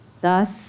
thus